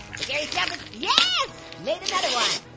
precarious jump-us, yes! made another one.